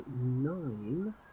nine